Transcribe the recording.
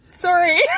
Sorry